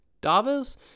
Davos